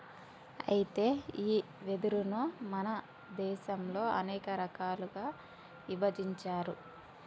అయితే గీ వెదురును మన దేసంలో అనేక రకాలుగా ఇభజించారు